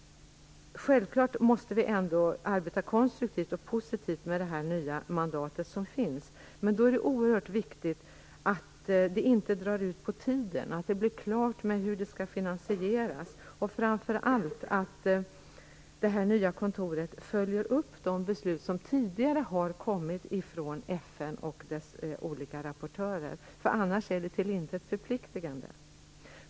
Självfallet måste vi ändå arbeta konstruktivt och positivt med det nya mandat som finns. Men då är det oerhört viktigt att det inte drar ut på tiden och att det blir klart med hur det skall finansieras. Framför allt måste det nya kontoret följa upp de beslut som tidigare har kommit från FN och dess olika rapportörer. Annars är det till intet förpliktande.